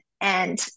and-